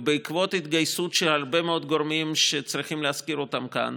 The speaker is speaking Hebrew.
ובעקבות התגייסות של הרבה מאוד גורמים שצריכים להזכיר אותם כאן,